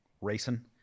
racing